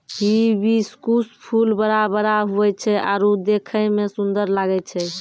hibiscus फूल बड़ा बड़ा हुवै छै आरु देखै मे सुन्दर लागै छै